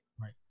Right